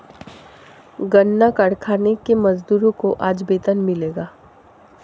गन्ना कारखाने के मजदूरों को आज वेतन मिलेगा